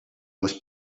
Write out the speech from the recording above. was